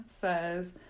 says